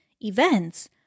events